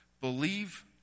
believe